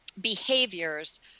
behaviors